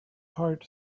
heart